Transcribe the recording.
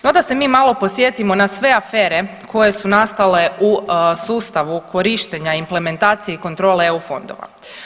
No da se mi malo podsjetimo na sve afere koje su nastale u sustavu korištenja implementacije i kontrole EU fondova.